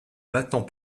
maintenant